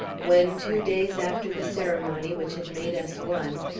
when, two days after the ceremony which had made us one,